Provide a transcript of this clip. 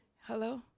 Hello